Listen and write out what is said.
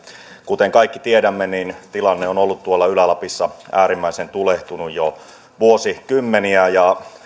kuten kaikki tiedämme tilanne on ollut tuolla ylä lapissa äärimmäisen tulehtunut jo vuosikymmeniä ja